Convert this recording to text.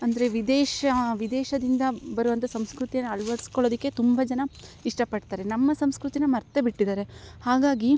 ಅಂದರೆ ವಿದೇಶ ವಿದೇಶದಿಂದ ಬರುವಂಥ ಸಂಸ್ಕೃತಿ ಅಳ್ವಡುಸ್ಕೊಳ್ಳೋದಿಕ್ಕೆ ತುಂಬ ಜನ ಇಷ್ಟ ಪಡ್ತಾರೆ ನಮ್ಮ ಸಂಸ್ಕೃತಿ ಮರೆತೆ ಬಿಟ್ಟಿದ್ದಾರೆ ಹಾಗಾಗಿ